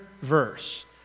Verse